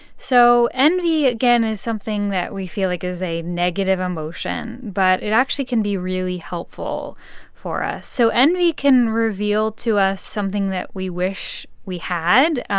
so envy, again, is something that we feel like is a negative emotion, but it actually can be really helpful for us. so envy can reveal to us something that we wish we had.